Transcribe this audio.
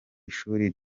ishuri